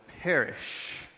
perish